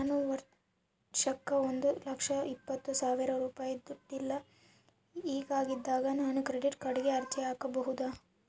ನಾನು ವರ್ಷಕ್ಕ ಒಂದು ಲಕ್ಷ ಇಪ್ಪತ್ತು ಸಾವಿರ ರೂಪಾಯಿ ದುಡಿಯಲ್ಲ ಹಿಂಗಿದ್ದಾಗ ನಾನು ಕ್ರೆಡಿಟ್ ಕಾರ್ಡಿಗೆ ಅರ್ಜಿ ಹಾಕಬಹುದಾ?